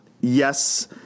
yes